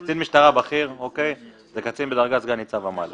קצין משטרה בכיר הוא קצין בדרגת סגן ניצב ומעלה.